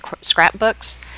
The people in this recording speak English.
scrapbooks